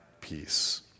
peace